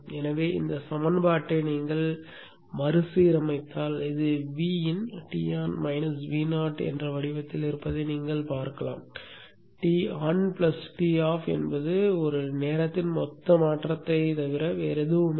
எனவே இந்த சமன்பாட்டை நீங்கள் மறுசீரமைத்தால் இது Vin Ton Vo வடிவத்தில் இருப்பதை நீங்கள் பார்க்கலாம் Ton Toff என்பது காலத்தின் மொத்த மாற்றத்தைத் தவிர வேறில்லை